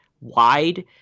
wide